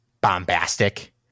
bombastic